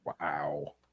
wow